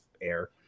air